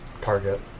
target